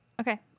Okay